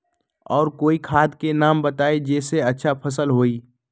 और कोइ खाद के नाम बताई जेसे अच्छा फसल होई?